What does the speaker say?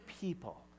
people